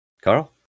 Carl